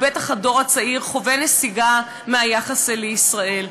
בטח הדור הצעיר חווה נסיגה ביחס לישראל.